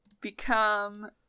become